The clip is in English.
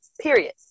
Period